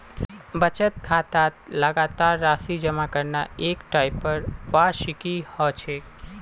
बचत खातात लगातार राशि जमा करना एक टाइपेर वार्षिकी ह छेक